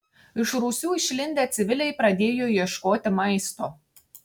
iš rūsių išlindę civiliai pradėjo ieškoti maisto